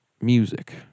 music